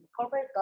corporate